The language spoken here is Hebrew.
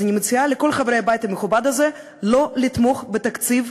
אז אני מציעה לכל חברי הבית המכובד הזה לא לתמוך בתקציב,